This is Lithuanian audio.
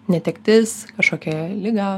netektis kažkokia liga